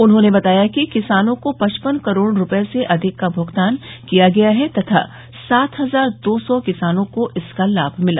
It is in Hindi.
उन्होंने बताया कि किसानों को पचपन करोड़ रूपये से अधिक का भुगतान किया गया है तथा सात हजार दो सौ किसानों को इसका लाभ मिला